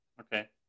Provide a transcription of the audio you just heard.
Okay